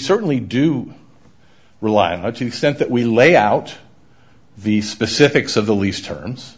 certainly do rely on what you sent that we lay out the specifics of the lease terms